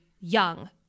young